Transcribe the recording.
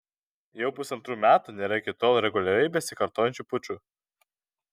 jau pusantrų metų nėra iki tol reguliariai besikartojančių pučų